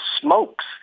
smokes